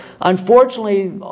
unfortunately